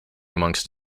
amongst